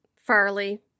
Farley